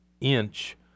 Inch